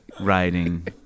Writing